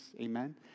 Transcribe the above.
amen